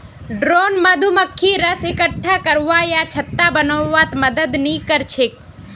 drone मधुमक्खी रस इक्कठा करवा या छत्ता बनव्वात मदद नइ कर छेक